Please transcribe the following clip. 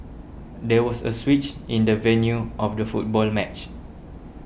there was a switch in the venue of the football match